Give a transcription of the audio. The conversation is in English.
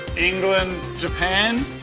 england japan